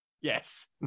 Yes